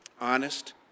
honest